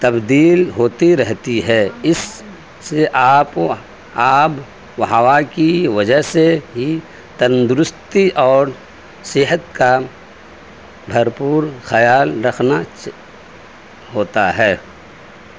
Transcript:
تبدیل ہوتی رہتی ہے اس سے آپ آب و ہوا کی وجہ سے ہی تندرستی اور صحت کا بھر پور خیال رکھنا ہوتا ہے